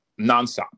nonstop